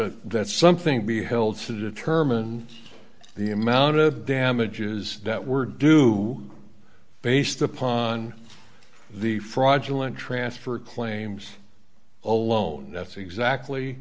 better that something be held to determine the amount of damages that were due based upon the fraudulent transfer claims alone that's exactly